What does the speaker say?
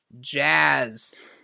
jazz